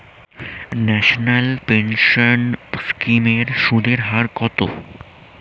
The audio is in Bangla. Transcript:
ন্যাশনাল পেনশন স্কিম এর সুদের হার কত?